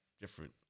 different